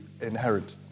inherent